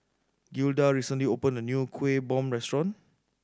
Gilda recently opened a new Kuih Bom restaurant